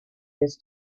this